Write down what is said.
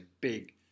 big